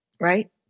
Right